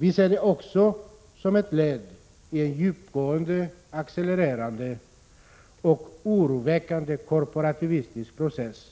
Vi ser det också som ett led i en djupgående, accelererande och oroväckande korporativistisk process,